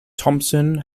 thompson